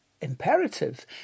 imperative